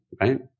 right